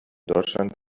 deutschland